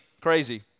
crazy